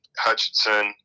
Hutchinson